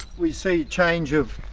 we see change of